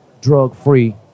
drug-free